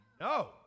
no